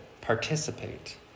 participate